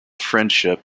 friendship